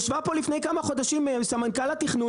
ישבה פה לפני כמה חודשים סמנכ"ל התכנון